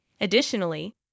Additionally